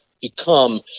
become